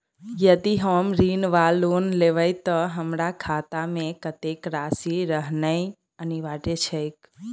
यदि हम ऋण वा लोन लेबै तऽ हमरा खाता मे कत्तेक राशि रहनैय अनिवार्य छैक?